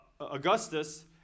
Augustus